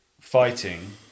fighting